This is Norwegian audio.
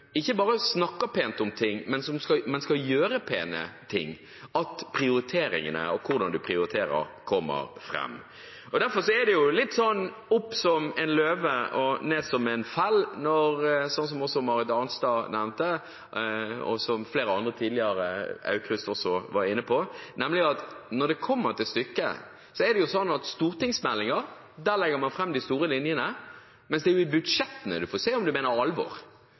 ikke bare snakker pent om ting, men når man skal gjøre pene ting, at prioriteringene og hvordan man prioriterer, kommer fram. Derfor er det litt opp som en løve og ned som en fell – som også Marit Arnstad nevnte, og som flere andre, bl.a. Åsmund Aukrust, var inne på. Når det kommer til stykket, legger man fram de store linjene i stortingsmeldinger, mens det er i budsjettene man får se om man mener alvor.